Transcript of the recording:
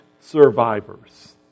survivors